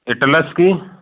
Atlas की